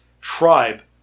tribe